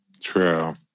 true